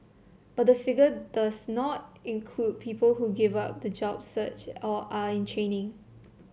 but the figure does not include people who give up the job search or are in training